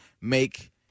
make